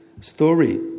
story